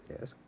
Yes